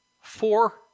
four